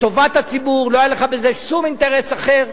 לטובת הציבור, לא היה לך בזה שום אינטרס אחר,